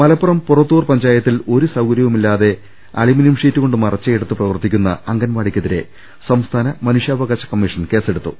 മലപ്പുറം പുറത്തൂർ പഞ്ചായത്തിൽ ഒരു സൌകര്യവുമി ല്ലാതെ അലൂമിനിയം ഷീറ്റുകൊണ്ട് മറച്ചയിടത്ത് പ്രവർത്തി ക്കുന്ന അംഗൻവാടിക്കെതിരെ സംസ്ഥാന മനുഷ്യാവകാശ കമ്മീഷൻ കേസെടുത്തു